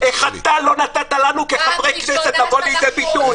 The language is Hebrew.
איך אתה לא נתת לנו כחברי כנסת לבוא לידי ביטוי.